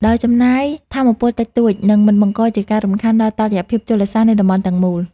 ដោយចំណាយថាមពលតិចតួច និងមិនបង្កជាការរំខានដល់តុល្យភាពជលសាស្ត្រនៃតំបន់ទាំងមូល។